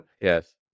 yes